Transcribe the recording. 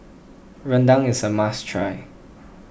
Rendang is a must try